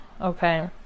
okay